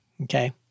Okay